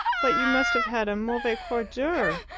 but you must have had a mauvais quart d'heure.